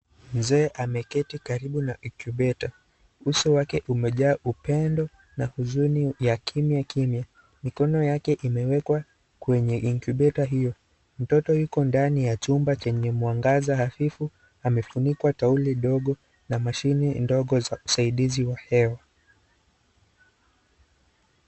Mzee ameketi karibu na incubator , uso wake umejaa upendo, na huzuni ya kimya kimya, mikono yake imewekwa kwenye incubator hio , mtoto yuko ndani ya chumba chenye mwangaza hafifu, amefunikwa tauli ndogo, na mashini ndogo za usaidizi wa hewa.